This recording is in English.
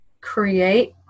create